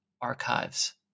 archives